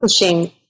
pushing